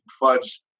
fudge